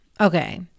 Okay